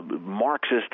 Marxist